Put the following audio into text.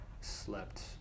slept